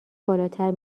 بالاتر